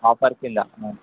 offer క్రింద